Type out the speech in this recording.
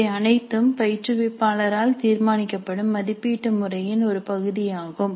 இவை அனைத்தும் பயிற்றுவிப்பாளரால் தீர்மானிக்கப்படும் மதிப்பீட்டு முறையின் ஒரு பகுதியாகும்